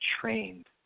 trained